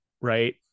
right